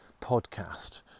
podcast